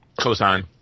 Cosine